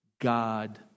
God